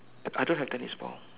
I don't have tennis ball